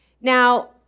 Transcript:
Now